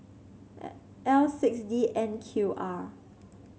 L six D N Q R